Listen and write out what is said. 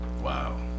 Wow